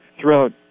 throughout